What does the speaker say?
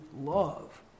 love